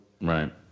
Right